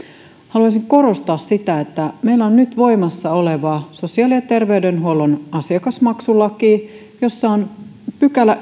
haluaisin korostaa sitä että meillä on nyt voimassa oleva sosiaali ja terveydenhuollon asiakasmaksulaki jossa on yhdestoista pykälä